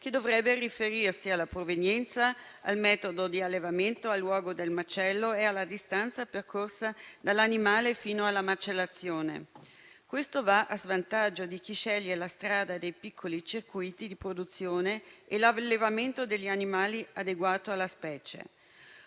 che dovrebbe riferirsi alla provenienza, al metodo di allevamento, al luogo del macello e alla distanza percorsa dall'animale fino alla macellazione. Questo va a svantaggio di chi sceglie la strada dei piccoli circuiti di produzione e l'allevamento degli animali adeguato alla specie.